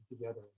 together